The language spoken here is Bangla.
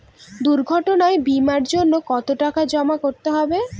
দুর্ঘটনা বিমার জন্য কত টাকা জমা করতে হবে?